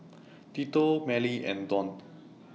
Tito Mellie and Dawn